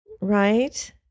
Right